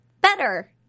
better